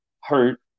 hurt